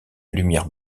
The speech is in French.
lumière